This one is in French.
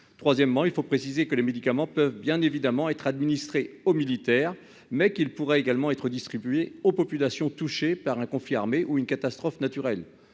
Troisièmement, il faut préciser que les médicaments peuvent bien évidemment être administré aux militaires mais qu'il pourrait également être distribuées aux populations touchées par un conflit armé ou une catastrophe naturelle.